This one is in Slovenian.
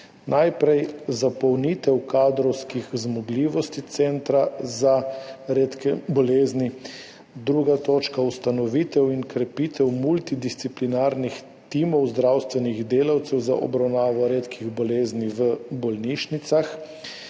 Najprej zapolnitev kadrovskih zmogljivosti centra za redke bolezni. Druga točka ustanovitev in krepitev multidisciplinarnih timov zdravstvenih delavcev za obravnavo redkih bolezni v bolnišnicah,